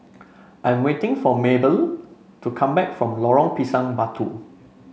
I'm waiting for Maybelle to come back from Lorong Pisang Batu